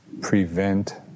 prevent